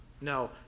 No